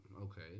okay